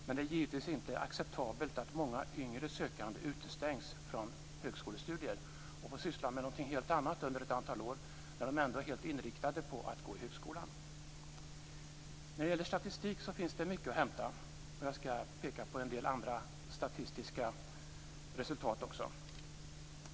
Men det är givetvis inte acceptabelt att många yngre sökande utestängs från högskolestudier och får syssla med någonting helt annat under ett antal år, när de ändå är helt inriktade på att gå på högskolan. När det gäller statistik finns det mycket att hämta. Jag ska peka på en del andra statistiska resultat.